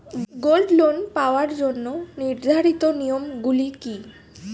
Gold loan পাওয়ার জন্য নির্ধারিত নিয়ম গুলি কি?